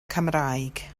cymraeg